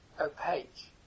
opaque